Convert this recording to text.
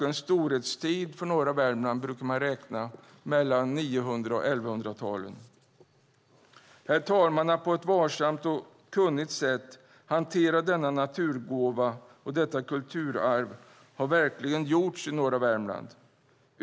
En storhetstid för norra Värmland brukar man räkna mellan 900 och 1100-talen. Herr talman! Att på ett varsamt och kunnigt sätt hantera denna naturgåva och detta kulturarv har verkligen gjorts i norra Värmland.